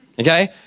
Okay